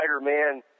Spider-Man